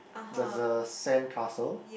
there's a sandcastle